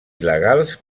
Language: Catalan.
il·legals